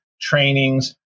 trainings